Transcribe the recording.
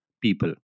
people